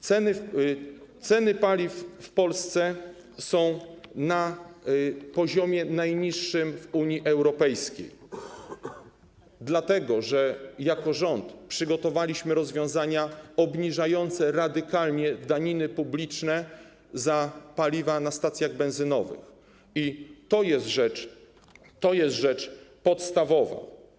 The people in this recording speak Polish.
Ceny paliw w Polsce są na poziomie najniższym w Unii Europejskiej, dlatego że jako rząd przygotowaliśmy rozwiązania obniżające radykalnie daniny publiczne za paliwa na stacjach benzynowych i to jest rzecz podstawowa.